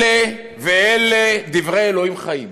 אלה ואלה דברי אלוהים חיים.